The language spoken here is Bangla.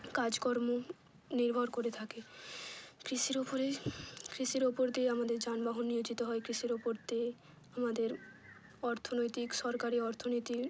কাজকর্ম নির্ভর করে থাকে কৃষির ওপরেই কৃষির ওপর দিয়ে আমাদের যানবাহন নিয়োজিত হয় কৃষির ওপর দিয়ে আমাদের অর্থনৈতিক সরকারি অর্থনীতি